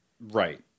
Right